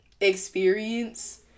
experience